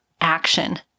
action